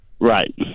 Right